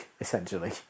essentially